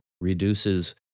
Reduces